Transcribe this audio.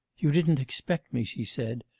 you didn't expect me she said,